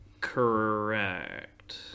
correct